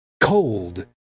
cold